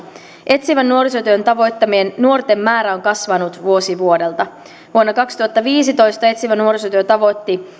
etsivän nuorisotyön tavoittamien nuorten määrä on kasvanut vuosi vuodelta vuonna kaksituhattaviisitoista etsivä nuorisotyö tavoitti